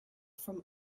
from